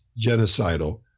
genocidal